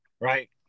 Right